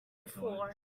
before